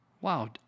Wow